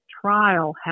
trial